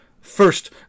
first